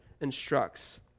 instructs